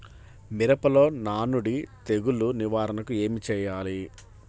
మిరపలో నానుడి తెగులు నివారణకు ఏమి చేయాలి?